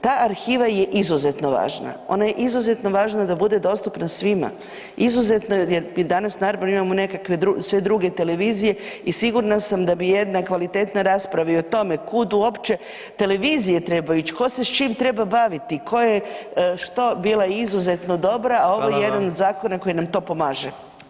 Ta arhiva je izuzetno važna, ona je izuzetno važna da bude dostupna svima, izuzetno jer danas naravno imamo nekakve, sve druge televizije i sigurna sam da bi jedna kvalitetna rasprava i o tome kud uopće televizije trebaju ići, tko se s čim treba baviti, tko je što, bila izuzetno dobra, a ovo je jedan od [[Upadica: Hvala vam.]] zakona koji nam to pomaže.